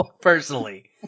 personally